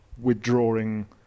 withdrawing